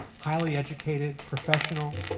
highly educated, professional,